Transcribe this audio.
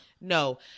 No